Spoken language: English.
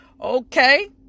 okay